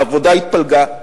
העבודה התפלגה,